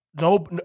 No